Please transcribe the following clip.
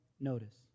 notice